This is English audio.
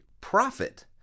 profit